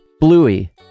Bluey